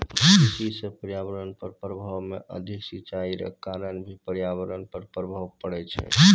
कृषि से पर्यावरण पर प्रभाव मे अधिक सिचाई रो कारण भी पर्यावरण पर प्रभाव पड़ै छै